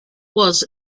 was